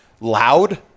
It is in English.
loud